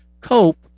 cope